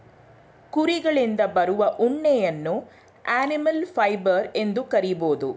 ಕುರಿಗಳಿಂದ ಬರುವ ಉಣ್ಣೆಯನ್ನು ಅನಿಮಲ್ ಫೈಬರ್ ಎಂದು ಕರಿಬೋದು